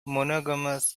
monogamous